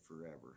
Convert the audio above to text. forever